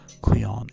Cleon